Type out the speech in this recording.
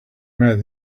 met